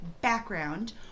background